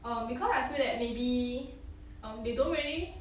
um because I feel that maybe um they don't really